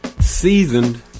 seasoned